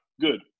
Good